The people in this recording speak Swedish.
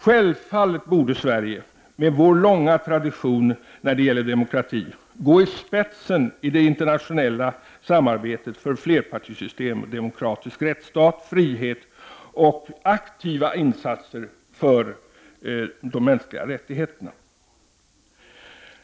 Självfallet borde Sverige med sin långa demokratiska tradition gå i spetsen för det internationella samarbetet för flerpartisystem, demokratiska rättsstater, frihet och aktiva insater för de mänskliga rättigheterna.